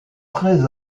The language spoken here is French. très